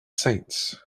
saints